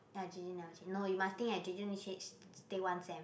ya J_J never change no you must think that J_J only stay one sem